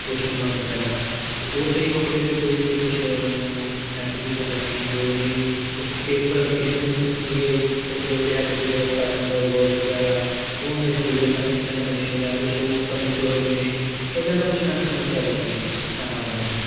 ਕੁਛ ਮੰਨਥ ਪਹਿਲਾਂ ਅਤੇ ਉਸ ਈ ਬੁੱਕ ਦੇ ਵਿੱਚ ਜਿਹੜੇ ਸੀ ਕੁਛ ਮੈਨੂੰ ਨੈਗਟਿਵ ਚੀਜ਼ਾਂ ਲੱਗੀਆਂ ਜੋ ਉਹਦੀ ਕੁਛ ਪੇਪਰ ਪੇਜਿਸ ਮਿਸ ਸੀਗੇ ਕੁਝ ਜਿਹੜੇ ਹੈਗੇ ਸੀਗੇ ਟਰਮਸ ਵਰਡਸ ਵਗੈਰਾ ਉਹ ਮਿਸ ਸੀਗੇ ਜਾਂ ਮਿਸਪ੍ਰਿੰਟ ਨੇ ਜਾਂ ਕੁਛ ਉਹ ਉੱਪਰ ਨੀਚੇ ਹੋਏ ਪਏ ਨੇ ਏਦਾਂ ਦਾ ਕੁਛ ਮੈਨੂੰ ਸਮੱਸਿਆ ਲੱਗੀ ਐਮਾਜ਼ੋਨ ਤੋਂ